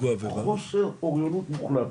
חוסר אוריינות מוחלט.